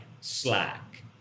Slack